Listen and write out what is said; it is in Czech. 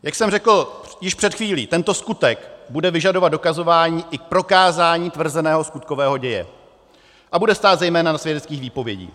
Jak jsem řekl již před chvílí, tento skutek bude vyžadovat dokazování i prokázání tvrzeného skutkového děje a bude stát zejména na svědeckých výpovědích.